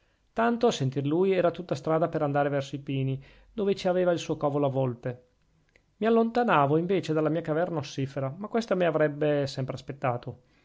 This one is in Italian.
tanto a sentir lui era tutta strada per andare verso i pini dove ci aveva il suo covo la volpe mi allontanavo invece dalla mia caverna ossifera ma questa mi avrebbe sempre aspettato